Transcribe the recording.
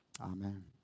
Amen